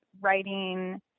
writing